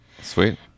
Sweet